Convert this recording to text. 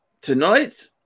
Tonight